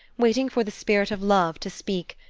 waiting for the spirit of love to speak,